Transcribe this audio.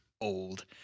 old